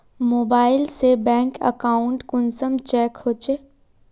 Mobile से bank account कुंसम check होचे?